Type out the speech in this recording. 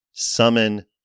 summon